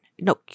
no